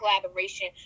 collaboration